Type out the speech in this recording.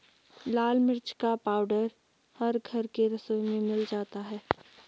लाल मिर्च का पाउडर हर घर के रसोई में मिल जाता है